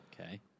Okay